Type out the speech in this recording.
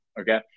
Okay